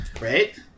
right